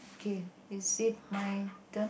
okay is it my turn